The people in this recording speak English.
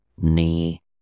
knee